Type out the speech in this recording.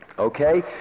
Okay